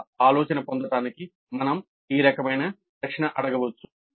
ఆ ఆలోచన పొందడానికి మనం ఈ రకమైన ప్రశ్న అడగవచ్చు